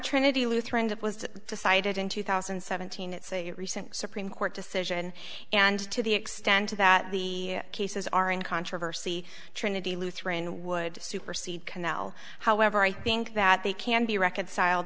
trinity lutheran it was decided in two thousand and seventeen it's a recent supreme court decision and to the extent that the cases are in controversy trinity lutheran would supersede canal however i think that they can be reconciled